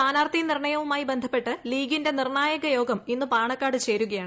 സ്ഥാനാർഥി നിർണയവുമായി ബന്ധപ്പെട്ട് ലീഗിന്റെ നിർണായക യോഗം ഇന്ന് പാണക്കാട് ചേരുകയാണ്